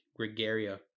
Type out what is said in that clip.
gregaria